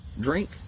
drink